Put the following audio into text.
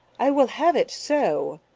i will have it so,